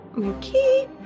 Okay